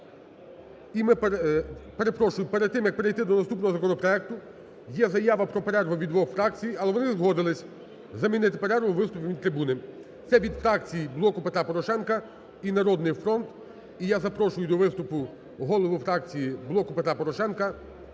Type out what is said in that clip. перед тим як перейти до наступного законопроекту є заява про перерву від двох фракцій, але вони згодилися замінити перерву виступом від трибуни. Це від фракції "Блоку Петра Порошенка" і "Народний фронт". І я запрошую до виступу голову фракції "Блоку Петра Порошенка"